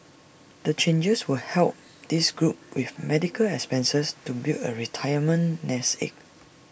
the changes will help this group with medical expenses to build A retirement nest egg